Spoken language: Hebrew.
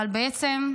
אבל בעצם,